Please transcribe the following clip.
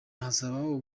hazabaho